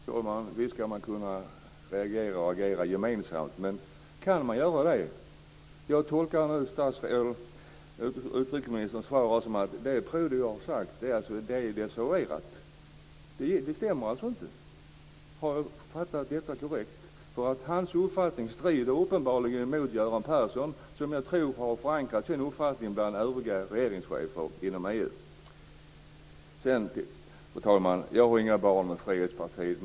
Fru talman! Visst ska man kunna reagera och agera gemensamt. Men kan man göra det? Jag tolkar utrikesministerns svar så att det som Prodi har sagt är desavouerat. Det stämmer alltså inte? Har jag fattat detta korrekt? Hans uppfattning strider uppenbarligen mot Göran Perssons, som jag tror har förankrat sin uppfattning bland övriga regeringschefer inom EU. Sedan, fru talman, vill jag säga att jag har inga barn med Frihetspartiet.